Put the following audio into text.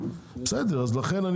ולכן,